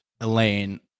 Elaine